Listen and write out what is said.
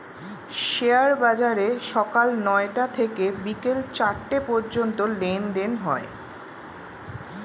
share বাজারে সকাল নয়টা থেকে বিকেল চারটে পর্যন্ত লেনদেন হয়